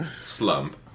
slump